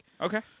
Okay